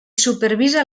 supervisa